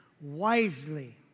wisely